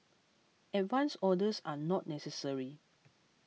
advance orders are not necessary